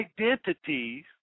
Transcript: identities